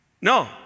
No